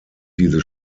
dieses